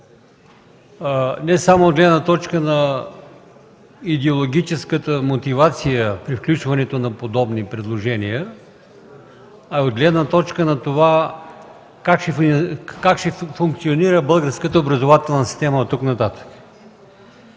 не само от гледна точка на идеологическата мотивация при включването на подобни предложения, а от гледна точка на това как ще функционира българската образователна система оттук нататък.